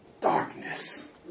darkness